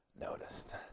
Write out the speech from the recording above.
noticed